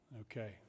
Okay